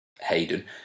Hayden